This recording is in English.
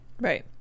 Right